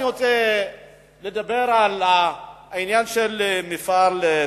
אני רוצה לדבר על העניין של מפעל "תפרון",